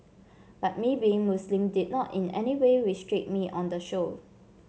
but me being Muslim did not in any way restrict me on the show